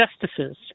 justices